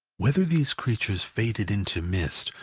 whether these creatures faded into mist,